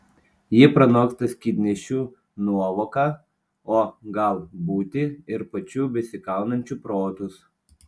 ji pranoksta skydnešių nuovoką o gal būti ir pačių besikaunančių protus